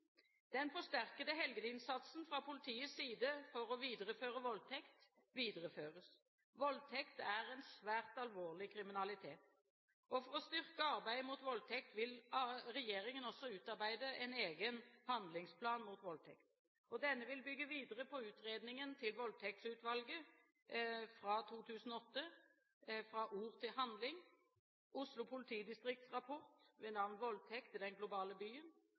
Den forsterkede innsatsen fra politiets side for å forebygge voldtekt videreføres. Voldtekt er en svært alvorlig kriminalitet. For å styrke arbeidet mot voldtekt vil regjeringen også utarbeide en egen handlingsplan mot voldtekt. Denne vil bygge videre på utredningen til Voldtektsutvalget fra 2008, Fra ord til handling, Oslo politidistrikts rapport ved navn Voldtekt i den globale byen,